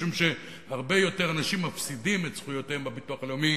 משום שהרבה יותר אנשים מפסידים את זכויותיהם בביטוח הלאומי